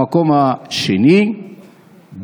במקום השני,